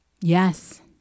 Yes